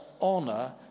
honor